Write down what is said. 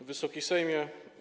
Wysoki Sejmie!